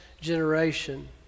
generation